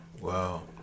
Wow